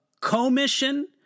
commission